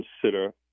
consider